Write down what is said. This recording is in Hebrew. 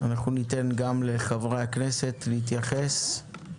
ניתן גם לחברי הכנסת להתייחס.